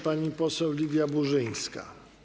Pani poseł Lidia Burzyńska.